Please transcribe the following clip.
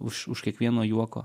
už už kiekvieno juoko